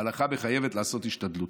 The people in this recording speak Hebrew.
ההלכה מחייבת לעשות השתדלות.